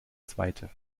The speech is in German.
zweite